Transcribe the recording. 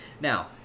Now